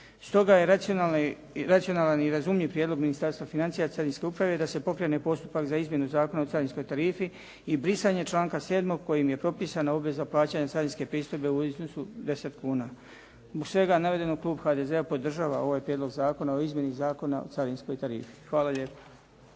Stoga je racionalan i razumljiv prijedlog Ministarstva financija i Carinske uprave da se pokrene postupak za izmjenu Zakona o carinskoj tarifi i brisanje članka 7. kojim je propisana obveza plaćanja carinske pristojbe u iznosu od 10 kuna. Zbog svega navedenog klub HDZ-a podržava ovaj Prijedlog zakona o izmjeni Zakona o carinskoj tarifi. Hvala lijepa.